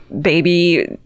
baby